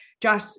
Josh